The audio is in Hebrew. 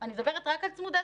אני מדברת רק על צמודי,